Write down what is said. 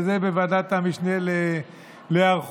וזה בוועדת המשנה להיערכות.